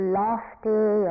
lofty